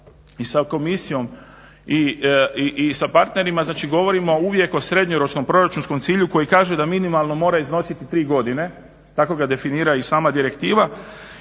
sa komisijom i sa partnerima govorimo uvijek o srednjoročnom proračunskom cilju koji kaže da minimalno mora iznositi tri godine, tako ga definira sama direktiva